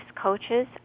coaches